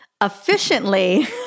efficiently